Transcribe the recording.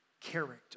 character